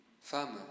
Femme